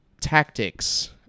tactics